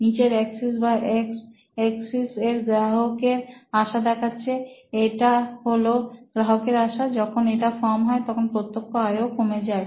নিচের অক্সিস বা X axis এ গ্রাহকের আসা দেখাচ্ছে এই হলো গ্রাহকের আসা যখন এটা কম হয় তখন প্রত্যক্ষ আয়ও কমে যায়